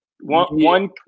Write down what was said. One